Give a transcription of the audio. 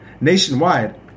Nationwide